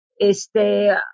Este